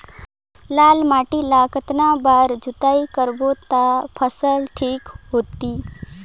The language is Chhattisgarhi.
लाल माटी ला कतना बार जुताई करबो ता फसल ठीक होती?